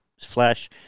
flash